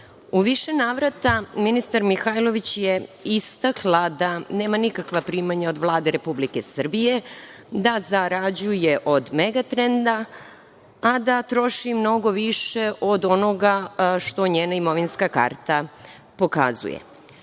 U više navrata ministar Mihajlović je istakla da nema nikakva primanja od Vlade Republike Srbije, da zarađuje od „Megatrenda“, a da troši mnogo više od onoga što njena imovinska karta pokazuje. Zatim